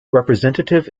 representative